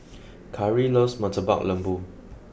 Kyree loves Murtabak Lembu